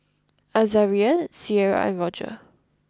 Azaria Cierra and Rodger